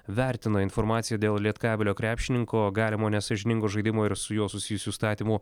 vertina informaciją dėl lietkabelio krepšininko galimo nesąžiningo žaidimo ir su juo susijusių statymu